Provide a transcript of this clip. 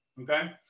okay